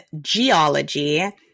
geology